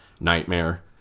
Nightmare